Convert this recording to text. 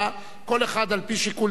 כל אחד על-פי שיקול דעתו,